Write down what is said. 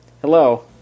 Hello